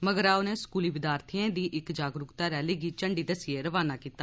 मगरा उनें स्कूली विद्यार्थियें दी इक जागरुकता रैली गी झंडी दस्सियै रवाना बी कीता